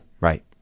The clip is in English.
right